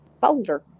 folder